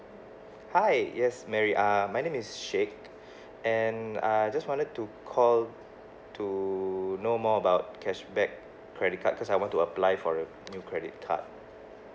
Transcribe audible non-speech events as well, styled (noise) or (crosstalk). hi yes mary uh my name is sheikh (breath) and I just wanted to call to know more about cashback credit card because I want to apply for a new credit card